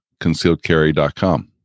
concealedcarry.com